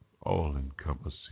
all-encompassing